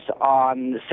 on